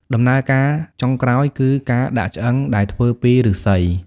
ដំណើរការចុងក្រោយគឺ ការដាក់ឆ្អឹង ដែលធ្វើពីឫស្សី។